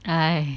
哎